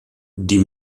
die